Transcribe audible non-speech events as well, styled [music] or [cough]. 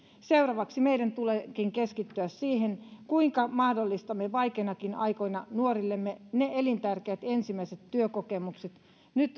seuraavaksi meidän tuleekin keskittyä siihen kuinka mahdollistamme vaikeinakin aikoina nuorillemme ne elintärkeät ensimmäiset työkokemukset nyt [unintelligible]